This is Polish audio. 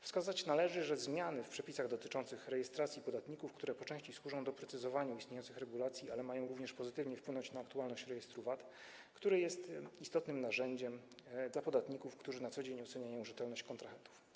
Wskazać należy, że zmiany w przepisach dotyczących rejestracji podatników po części służą doprecyzowaniu istniejących regulacji, ale mają również pozytywnie wpłynąć na uaktualnienie rejestru VAT, będącego tak istotnym narzędziem dla podatników, którzy na co dzień oceniają rzetelność kontrahentów.